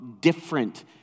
different